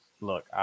look